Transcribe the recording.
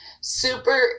super